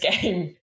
game